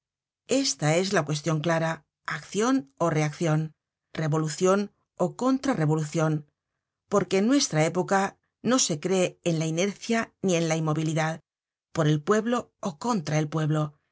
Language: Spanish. esta es la cuestion clara accion ó reaccion revolucion ó contra revo lucion porque en nuestra época no se cree en la inercia ni en la in movilidad por el pueblo ó contra el pueblo